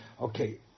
okay